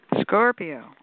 Scorpio